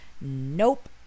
Nope